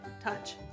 Touch